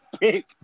pick